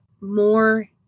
more